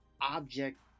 object